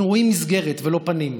אנחנו רואים מסגרת ולא פנים.